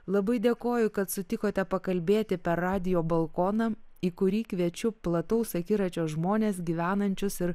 labai dėkoju kad sutikote pakalbėti per radijo balkoną į kurį kviečiu plataus akiračio žmones gyvenančius ir